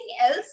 else